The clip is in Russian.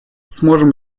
сможем